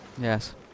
Yes